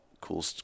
cool